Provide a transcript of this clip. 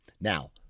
Now